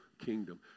kingdom